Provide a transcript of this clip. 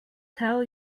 tell